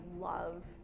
love